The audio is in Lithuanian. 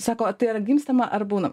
sako tai ar gimstama ar būna